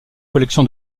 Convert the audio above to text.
collection